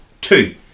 two